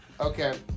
Okay